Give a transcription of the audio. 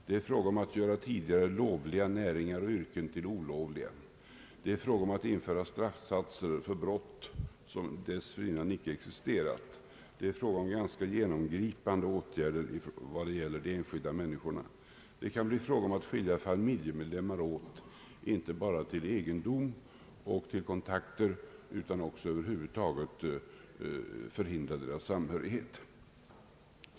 Det är fråga om att göra tidigare lovliga näringar och yrken till olovliga, att införa straffsatser för brott som dessförinnan icke existerat, och det kan bli fråga om ganska genomgripande åtgärder mot de enskilda människorna, t.ex. att skilja familjemedlemmar åt, inte bara till egendom och till kontakter, utan också över huvud taget förhindra deras samhörighet.